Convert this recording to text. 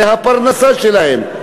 זה הפרנסה שלהם.